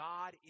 God